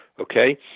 okay